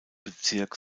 bezirk